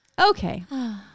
Okay